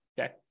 Okay